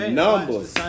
numbers